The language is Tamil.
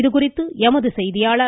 இதுகுறித்து எமது செய்தியாளர்